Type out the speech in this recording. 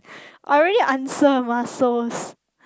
already answer muscles